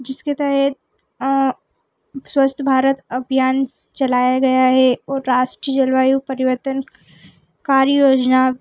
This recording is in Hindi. जिसके तहत स्वच्छ भारत अभियान चलाया गया है और राष्ट्रीय जलवायु परिवर्तन कार्य योजना